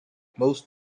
most